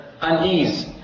unease